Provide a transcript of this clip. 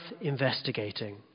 investigating